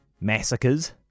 massacres